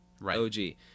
Right